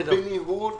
אם ניתן,